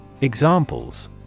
Examples